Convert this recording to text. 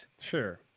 Sure